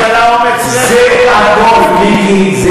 הייתי שמח אם ראשת העבודה שלך הייתה מגלה אומץ לב ולוקחת את התפקיד.